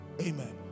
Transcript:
Amen